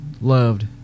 loved